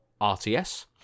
RTS